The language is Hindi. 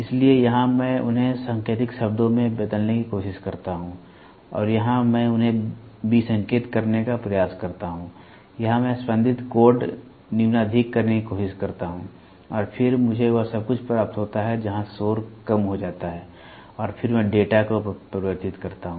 इसलिए यहां मैं उन्हें सांकेतिक शब्दों में बदलने की कोशिश करता हूं और यहां मैं उन्हें विसंकेत करने का प्रयास करता हूं यहां मैं स्पंदित कोड न्यूनाधिक करने की कोशिश करता हूं और फिर मुझे वह सब कुछ प्राप्त होता है जहां शोर कम हो जाता है और फिर मैं डेटा को परिवर्तित करता हूं